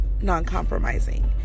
non-compromising